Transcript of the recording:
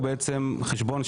הוא לחזור למצב שהיה לפני 2008,